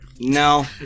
No